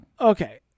okay